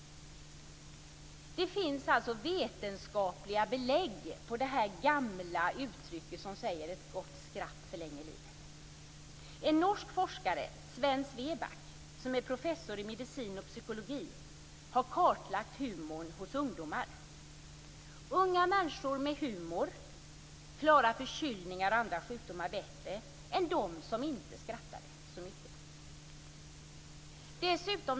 Det finns alltså vetenskapliga belägg för det gamla uttryck som säger att ett gott skratt förlänger livet. En norsk forskare, Sven Svebak, professor i medicin och psykologi, har kartlagt humorn hos ungdomar. Unga människor med humor klarar förkylningar och andra sjukdomar bättre än de som inte skrattar så mycket.